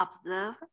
observe